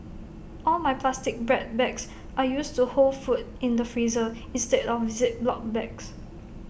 all my plastic bread bags are used to hold food in the freezer instead of Ziploc bags